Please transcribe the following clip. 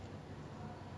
my favourite indian food ah